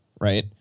right